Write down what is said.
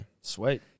sweet